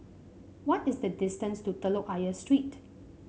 what is the distance to Telok Ayer Street